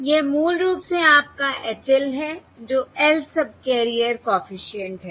यह मूल रूप से आपका H l है जो Lth सबकैरियर कॉफिशिएंट है